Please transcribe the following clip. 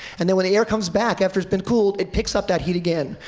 and then when the air comes back after it's been cooled, it picks up that heat again.